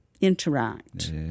interact